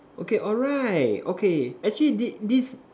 okay alright okay actually this this